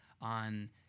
on